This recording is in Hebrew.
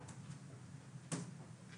זה